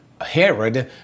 Herod